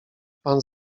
pan